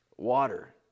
Water